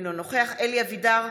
אינו נוכח אלי אבידר,